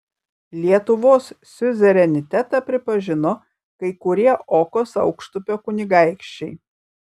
lietuvos siuzerenitetą pripažino kai kurie okos aukštupio kunigaikščiai